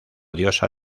diosa